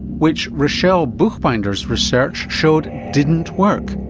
which rochelle buchbinder's research showed didn't work.